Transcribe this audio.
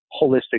holistic